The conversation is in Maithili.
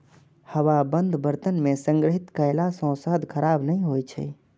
हवाबंद बर्तन मे संग्रहित कयला सं शहद खराब नहि होइ छै